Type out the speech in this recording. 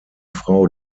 frau